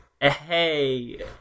hey